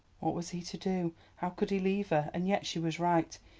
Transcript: what was he to do, how could he leave her? and yet she was right.